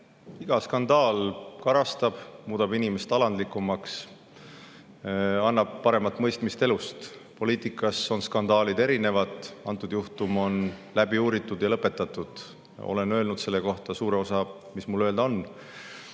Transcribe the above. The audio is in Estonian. Iga skandaal karastab, muudab inimest alandlikumaks, annab paremat mõistmist elust. Poliitikas on erinevaid skandaale. Antud juhtum on läbi uuritud ja lõpetatud. Olen öelnud selle kohta suure osa, mis mul öelda on.